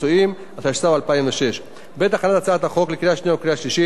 התשס"ו 2006. בעת הכנת הצעת החוק לקריאה השנייה ולקריאה השלישית החליטה